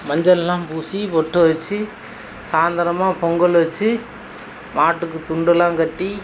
மஞ்சளெலாம் பூசி பொட்டுவச்சு சாய்ந்தரமா பொங்கல் வச்சு மாட்டுக்குத் துண்டுலாம் கட்டி